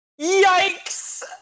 yikes